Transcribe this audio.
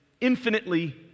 infinitely